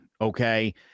Okay